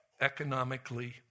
economically